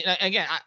Again